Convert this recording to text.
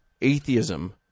atheism